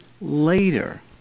later